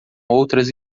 outras